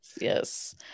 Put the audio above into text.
Yes